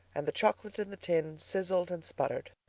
and the chocolate in the tin sizzled and sputtered.